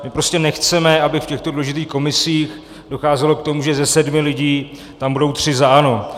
My prostě nechceme, aby v těchto důležitých komisích docházelo k tomu, že ze sedmi lidí tam budou tři za ANO.